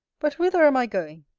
but whither am i going?